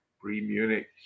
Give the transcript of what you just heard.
pre-Munich